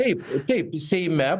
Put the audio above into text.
taip taip seime